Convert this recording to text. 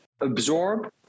Absorb